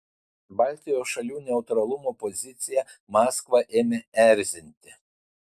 baltijos šalių neutralumo pozicija maskvą ėmė erzinti